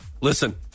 listen